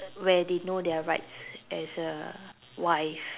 where they know their rights as a wife